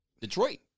Detroit